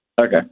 Okay